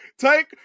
Take